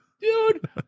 dude